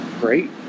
Great